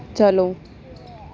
چلو